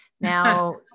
now